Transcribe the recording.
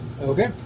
Okay